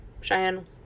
Cheyenne